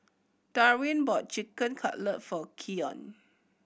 Darwyn bought Chicken Cutlet for Keon